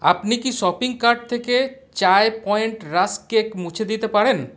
আপনি কি shopping cart থেকে চায় পয়েন্ট রাস্ক কেক মুছে দিতে পারেন